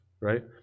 right